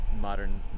modern